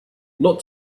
not